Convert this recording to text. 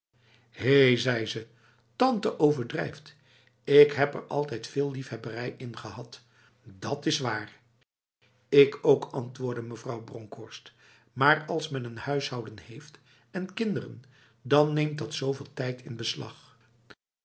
hé zei ze tante overdrijft ik heb er altijd veel liefhebberij in gehad dat is waar ik ook antwoordde mevrouw bronkhorst maar als men een huishouden heeft en kinderen dan neemt dat zveel tijd in beslag